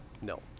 No